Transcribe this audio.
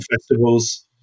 festivals